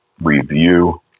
review